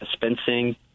dispensing